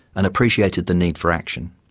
and appreciated the need for action.